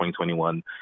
2021